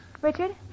Richard